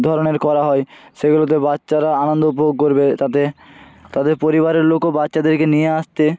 ধরনের করা হয় সেগুলোতে বাচ্চারা আনন্দ উপভোগ করবে তাতে তাদের পরিবারের লোকও বাচ্চাদেরকে নিয়ে আসতে